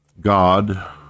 God